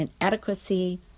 inadequacy